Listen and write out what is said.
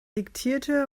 diktierte